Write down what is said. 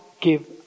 give